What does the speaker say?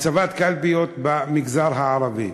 הצבת קלפיות במגזר הערבי,